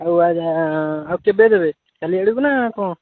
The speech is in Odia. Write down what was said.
ଆଉ ଆଜ୍ଞା ଆଉ କେବେ ଦେବେ କାଲି ଆଡ଼କୁ ନା କ'ଣ